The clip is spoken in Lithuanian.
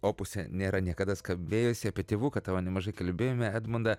opuse nėra niekada skambėjusi apie tėvuką tavo nemažai kalbėjome edmundą